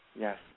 Yes